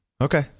Okay